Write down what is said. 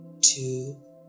two